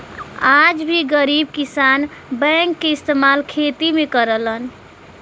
आज भी गरीब किसान बैल के इस्तेमाल खेती में करलन